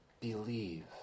believe